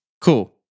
Cool